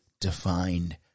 defined